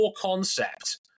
concept